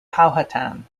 powhatan